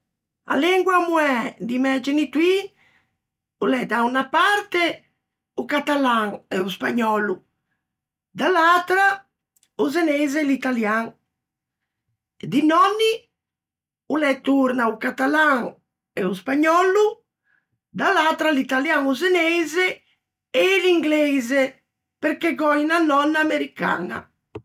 A lengua moæ di mæ genitoî o l'é, da unna parte o catalan, e o spagnòllo, da l'atra o zeneise e l'italian; di nònni o l'é torna o catalan e o spagnòllo, da l'atra l'italian o zeneise e l'ingleise, perché gh'ò unna nònna americaña.